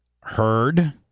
heard